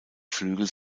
flügel